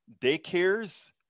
daycares